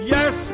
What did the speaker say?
Yes